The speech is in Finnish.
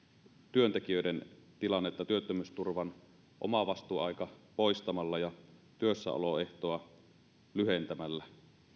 työntekijöiden tilannetta työttömyysturvan omavastuuaika poistamalla ja työssäoloehtoa lyhentämällä